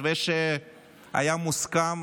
מתווה שהיה מוסכם,